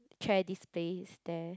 chair displays there